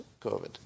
COVID